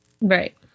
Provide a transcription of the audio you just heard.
Right